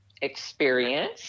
experience